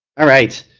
alright,